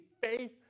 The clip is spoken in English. faith